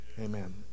amen